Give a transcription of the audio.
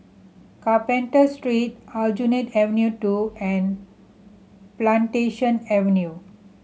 Carpenter Street Aljunied Avenue Two and Plantation Avenue